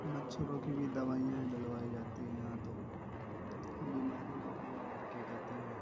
مچھروں کی بھی دوائیاں ڈلوائی جاتی ہیں یہاں تو بیماری نہ ہو اور کیا کہتے ہیں